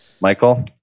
Michael